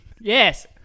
Yes